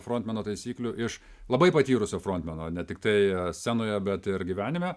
frontmeno taisyklių iš labai patyrusio frontmeno ne tiktai scenoje bet ir gyvenime